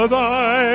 thy